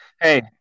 Hey